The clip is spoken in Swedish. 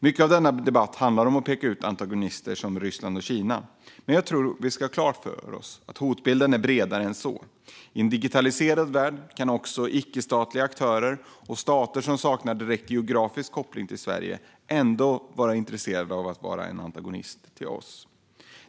Mycket av denna debatt handlar om att peka ut antagonister som Ryssland och Kina. Men jag tror att vi ska ha klart för oss att hotbilden är bredare än så. I en digitaliserad värld kan också icke-statliga aktörer och stater som saknar direkt geografisk koppling till Sverige ändå vara intresserade av att vara antagonister till oss.